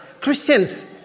Christians